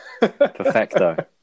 Perfecto